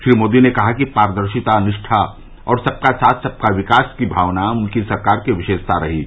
श्री मोदी ने कहा कि पारदर्शिता निष्ठा और सबका साथ सबका विकास की भावना उनकी सरकार की विशेषता रही है